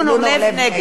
נגד